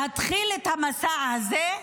להתחיל את המסע הזה,